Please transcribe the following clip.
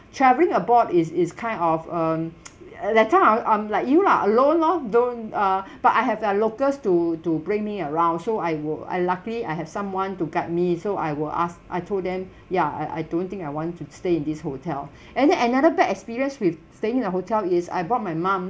travelling abroad is is kind of um uh that time I'm I'm like you lah alone loh don't uh but I have their locals to to bring me around so I will I luckily I have someone to guide me so I will ask I told them ya I I don't think I want to stay in this hotel and then another bad experience with staying in the hotel is I brought my mum